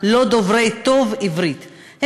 שאינו דובר עברית טובה.